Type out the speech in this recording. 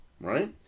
Right